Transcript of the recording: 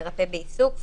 מרפא בעיסוק,